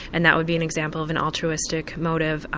and that would be an example of an altruistic motive,